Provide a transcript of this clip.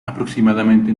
aproximadamente